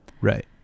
Right